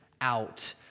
out